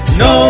no